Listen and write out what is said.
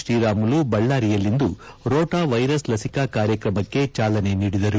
ಶ್ರೀರಾಮುಲು ಬಳ್ಳಾರಿಯಲ್ಲಿಂದು ರೋಣಾ ವೈರಸ್ ಲಸಿಕಾ ಕಾರ್ಯಕ್ರಮಕ್ಕೆ ಚಾಲನೆ ನೀಡಿದರು